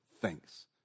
Thanks